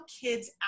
kids